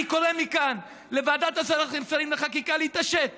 אני קורא מכאן לוועדת השרים לחקיקה להתעשת